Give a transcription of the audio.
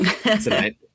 tonight